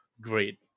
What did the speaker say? great